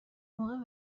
موقع